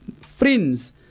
friends